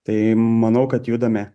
tai manau kad judame